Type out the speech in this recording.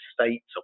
States